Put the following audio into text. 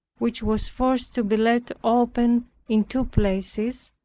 which was forced to be laid open in two places,